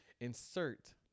Insert